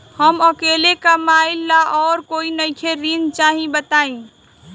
हम अकेले कमाई ला और कोई नइखे ऋण चाही बताई?